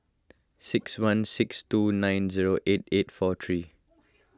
six one six two nine zero eight eight four three